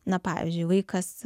na pavyzdžiui vaikas